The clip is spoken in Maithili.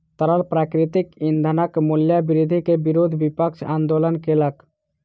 तरल प्राकृतिक ईंधनक मूल्य वृद्धि के विरुद्ध विपक्ष आंदोलन केलक